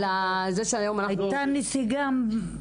הייתה נסיגה.